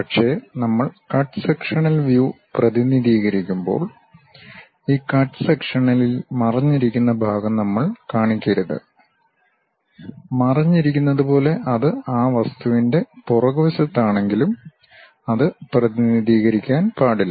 പക്ഷേ നമ്മൾ cut sectional view പ്രതിനിധീകരിക്കുമ്പോൾ ഈ കട്ട് സെക്ഷണലിൽ മറഞ്ഞിരിക്കുന്ന ഭാഗം നമ്മൾ കാണിക്കരുത് മറഞ്ഞിരിക്കുന്നതുപോലെ അത് ആ വസ്തുവിന്റെ പുറകുവശത്താണെങ്കിലും അത് പ്രതിനിധീകരിക്കാൻ പാടില്ല